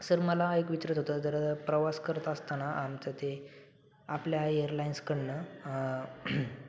sir मला एक विचारायचं होतं जर प्रवास करत असताना आमचं ते आपल्या एअरलाईन्सकडून